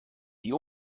die